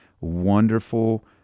wonderful